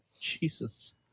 jesus